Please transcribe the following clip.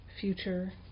future